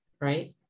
right